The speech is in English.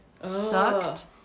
sucked